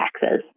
taxes